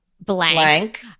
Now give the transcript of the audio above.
Blank